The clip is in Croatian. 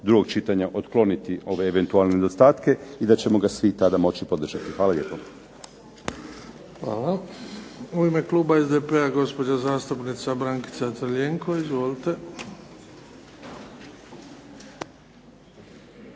drugog čitanja otkloniti ove eventualne nedostatke i da ćemo ga svi tada moći podržati. Hvala lijepo. **Bebić, Luka (HDZ)** Hvala. U ime kluba SDP-a, gospođa zastupnica Brankica Crljenko. Izvolite.